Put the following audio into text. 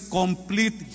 complete